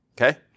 Okay